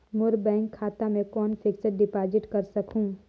मोर bank खाता मे कौन फिक्स्ड डिपॉजिट कर सकहुं?